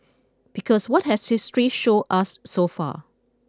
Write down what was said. because what has history show us so far